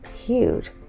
huge